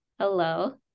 Hello